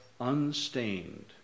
unstained